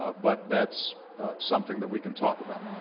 but that's something that we can talk about.